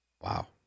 Wow